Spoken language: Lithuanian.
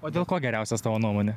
o dėl ko geriausias tavo nuomone